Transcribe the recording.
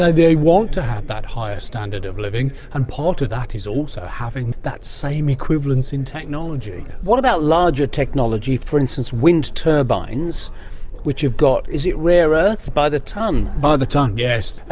they want to have that higher standard of living and part of that is also having that same equivalence in technology. what about larger technology, for instance wind turbines which have got. is it rare earths. by the tonne. by the tonne, yes.